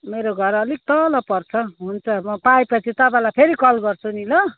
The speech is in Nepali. मेरो घर अलिक तल पर्छ हुन्छ म पाएपछि तपाईँलाई फेरि कल गर्छु नि ल